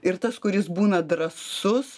ir tas kuris būna drąsus